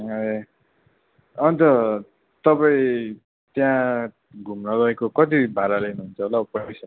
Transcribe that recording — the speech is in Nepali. अन्त तपाईँ त्यहाँ घुम्न गएको कति भारा लिनुहुन्छ होला हौ